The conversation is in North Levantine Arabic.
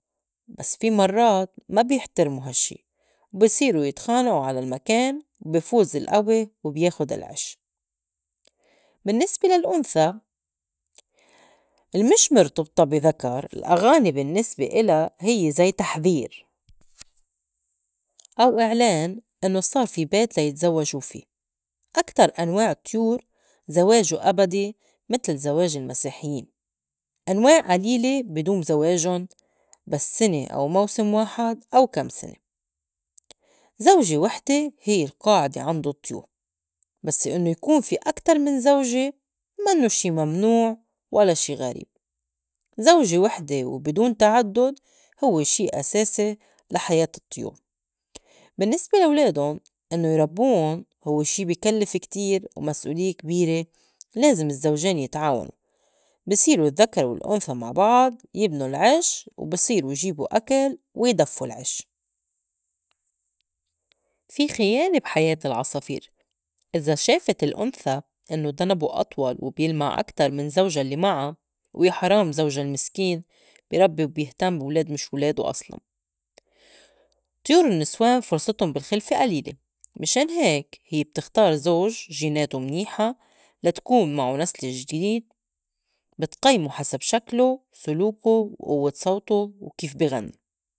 بس في مرّات ما بيحترمو هالشّي وبِصيرو يتخانئو على المكان وبي فوز الئوي وبياخُد العِش. بالنّسبة للأُنثى المش مُرتبطة بي ذكر الأغاني بالنّسبة إلا هيّ زي تحذير أو إعلان إنّو صار في بيت ليتزوّجو في. أكتر أنواع الطْيور زواجو أبدي متل زواج المسيحيّن، أنواع قليلة بي دوم زواجُن بس سنة أو موسم واحد أو كم سنة، زوجة وحدة هيّ القاعِدة عند الطْيور بس إنّو يكون في أكتر من زوجة منّو شي ممنوع و لا شي غريب، زوجة وحدة وبي دون تعدُّد هوّ شي أساسي لحياة الطْيور. بالنّسبة لا ولادُن إنّو يربّون هوّ شي بي كلّف كتير ومسؤوليّة كبيرة لازِم الزّوجان يتعاونو بصيرو الذّكر والأُنثى مع بعض يبنو العش وبي صيرو يجيبو أكل ويدفّو العش. في خيانة بحياة العصافير إذا شافت الأُنثى إنّو دنبو أطول وبيلمع أكتر من زوجا لي معا ويا حرام زوجا المسكين بي ربّي وبيهْتَم بي ولاد مش ولادو أصلاً. طيور النّسوان فِرصِتُن بالخلفة قليلة، مِشان هيك هيّ بتختار زوج جيناتو منيحة لا تكون معو نسل جديد بتقيمو حسب شكلو، سلوكو، وقوّة صوته، وكيف بي غنّي.